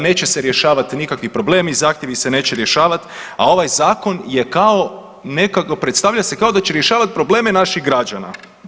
Neće se rješavati nikakvi problemi, zahtjevi se neće rješavati, a ovaj zakon je kao, predstavlja se kao da će rješavati probleme naših građana.